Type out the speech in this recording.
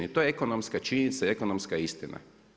I to je ekonomska činjenica i ekonomska istina.